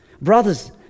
Brothers